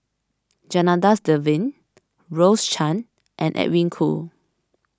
Janadas Devan Rose Chan and Edwin Koo